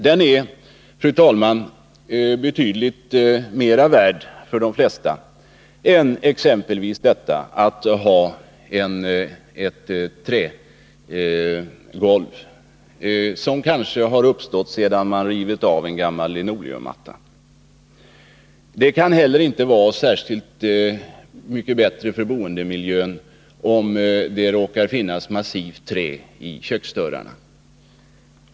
Denna hjälpsamhet är, fru talman, betydligt mera värd för de flesta än exempelvis detta att ha ett trägolv, som kanske finns där sedan man har rivit upp en gammal linoleummatta. Det kan heller inte vara särskilt mycket bättre för boendemiljön, om det råkar finnas massivt trä i köksdörrarna.